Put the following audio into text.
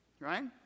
Right